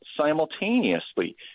simultaneously